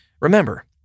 Remember